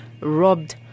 robbed